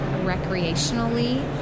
recreationally